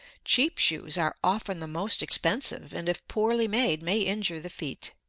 cheap shoes are often the most expensive, and if poorly made may injure the feet.